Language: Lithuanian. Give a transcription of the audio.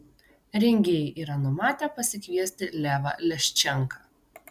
rengėjai yra numatę pasikviesti levą leščenką